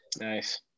nice